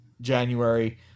January